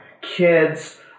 Kids